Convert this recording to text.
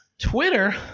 Twitter